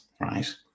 right